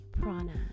prana